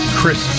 Chris